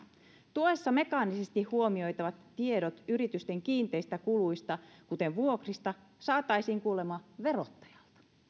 tuessa mekaanisesti huomioitavat tiedot yritysten kiinteistä kuluista kuten vuokrista saataisiin kuulemma verottajalta